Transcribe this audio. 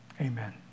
Amen